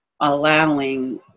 allowing